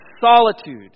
solitude